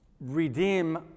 redeem